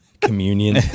communion